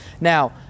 Now